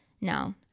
No